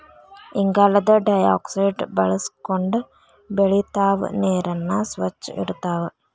ಇಂಗಾಲದ ಡೈಆಕ್ಸೈಡ್ ಬಳಸಕೊಂಡ ಬೆಳಿತಾವ ನೇರನ್ನ ಸ್ವಚ್ಛ ಇಡತಾವ